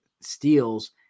steals